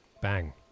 Bang